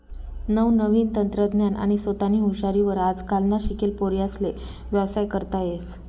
नवनवीन तंत्रज्ञान आणि सोतानी हुशारी वर आजकालना शिकेल पोर्यास्ले व्यवसाय करता येस